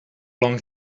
long